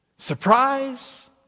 Surprise